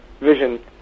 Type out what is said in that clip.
vision